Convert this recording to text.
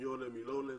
מי עולה או לא עולה.